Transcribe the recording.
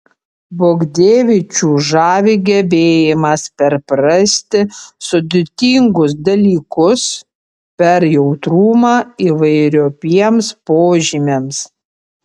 bogdevičių žavi gebėjimas perprasti sudėtingus dalykus per jautrumą įvairiopiems požymiams